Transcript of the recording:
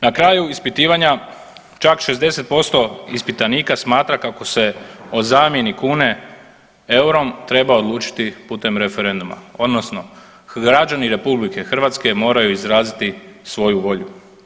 Na kraju ispitivanja čak 60% ispitanika smatra kako se o zamjeni kune eurom treba odlučiti putem referenduma odnosno građani RH moraju izraziti svoju volju.